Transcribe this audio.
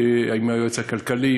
עם היועץ הכלכלי,